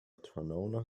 tráthnóna